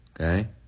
okay